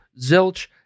zilch